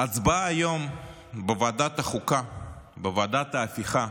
ההצבעה היום בוועדת החוקה, בוועדת ההפיכה